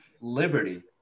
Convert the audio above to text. liberty